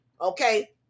Okay